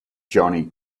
jonny